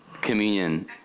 communion